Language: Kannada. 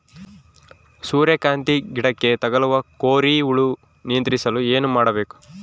ಸೂರ್ಯಕಾಂತಿ ಗಿಡಕ್ಕೆ ತಗುಲುವ ಕೋರಿ ಹುಳು ನಿಯಂತ್ರಿಸಲು ಏನು ಮಾಡಬೇಕು?